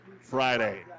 Friday